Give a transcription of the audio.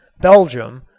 belgium,